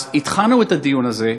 אז התחלנו את הדיון הזה,